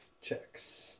checks